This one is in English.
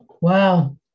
Wow